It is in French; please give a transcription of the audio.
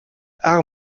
art